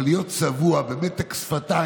אבל להיות צבוע, במתק שפתיים,